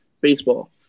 baseball